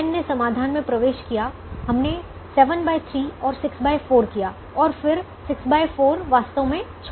दस ने समाधान में प्रवेश किया हमने 73 और 64 किया और फिर 64 वास्तव में छोड़ दिया